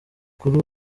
kuri